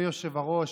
אדוני היושב-ראש,